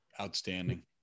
Outstanding